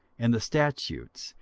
and the statutes,